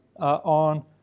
on